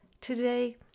Today